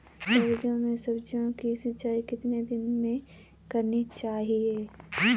सर्दियों में सब्जियों की सिंचाई कितने दिनों में करनी चाहिए?